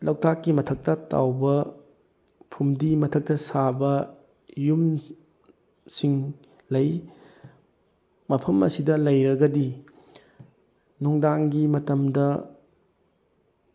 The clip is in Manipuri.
ꯂꯣꯛꯇꯥꯛꯀꯤ ꯃꯊꯛꯇ ꯇꯥꯎꯕ ꯐꯨꯝꯗꯤ ꯃꯊꯛꯇ ꯁꯥꯕ ꯌꯨꯝꯁꯤꯡ ꯂꯩ ꯃꯐꯝ ꯑꯁꯤꯗ ꯂꯩꯔꯒꯗꯤ ꯅꯨꯡꯗꯥꯡꯒꯤ ꯃꯇꯝꯗ